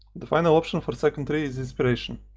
the final option for second tree is inspiration,